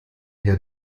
herr